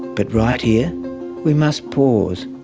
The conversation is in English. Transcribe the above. but right here we must pause.